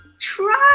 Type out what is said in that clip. try